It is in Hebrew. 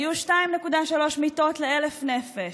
היו 2.3 מיטות ל-1,000 נפש,